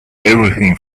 everything